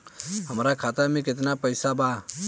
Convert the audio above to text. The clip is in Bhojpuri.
हमार खाता मे केतना पैसा बा?